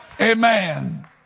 Amen